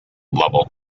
lovell